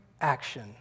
action